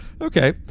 Okay